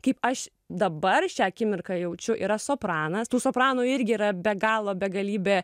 kaip aš dabar šią akimirką jaučiu yra sopranas tų sopranų irgi yra be galo begalybė